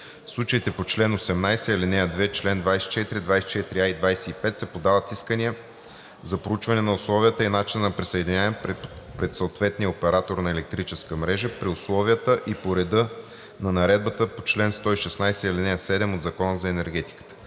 случаите по чл. 18, ал. 2, чл. 24, 24а и 25 се подават искания за проучване на условията и начина на присъединяване пред съответния оператор на електрическа мрежа при условията и по реда на наредбата по чл. 116, ал. 7 от Закона за енергетиката.“;